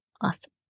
Awesome